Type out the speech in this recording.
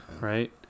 right